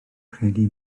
credu